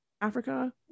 Africa